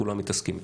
כולם מתעסקים איתם.